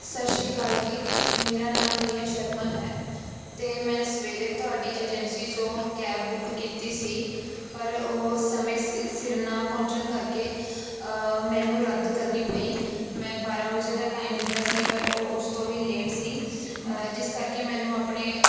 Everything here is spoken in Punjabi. ਸਤਿ ਸ਼੍ਰੀ ਅਕਾਲ ਜੀ ਮੇਰਾ ਨਾਮ ਰੀਆ ਸ਼ਰਮਾ ਹੈ ਅਤੇ ਮੈਂ ਸਵੇਰੇ ਤੁਹਾਡੀ ਏਜੰਸੀ 'ਚੋਂ ਕੈਬ ਬੁੱਕ ਕੀਤੀ ਸੀ ਪਰ ਉਹ ਸਮੇਂ ਸਿ ਸਿਰ ਨਾ ਪਹੁੰਚਣ ਕਰਕੇ ਮੈਨੂੰ ਰੱਦ ਕਰਨੀ ਪਈ ਮੈਂ ਬਾਰ੍ਹਾਂ ਵਜੇ ਦਾ ਟਾਈਮ ਦਿੱਤਾ ਸੀ ਪਰ ਉਹ ਉਸ ਤੋਂ ਵੀ ਲੇਟ ਸੀ ਜਿਸ ਕਰਕੇ ਮੈਨੂੰ ਆਪਣੇ